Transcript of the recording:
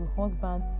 husband